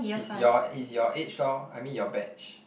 he's your he's your age lor I mean your batch